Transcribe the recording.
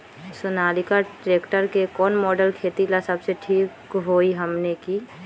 Sonalika tractor के कौन model खेती ला सबसे ठीक होई हमने की?